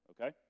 Okay